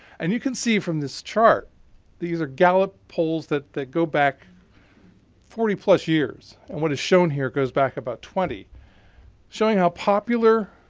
and you can see from this chart these are gallup polls that that go back forty plus years. and what is shown here goes back about twenty showing how popular